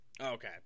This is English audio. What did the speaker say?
Okay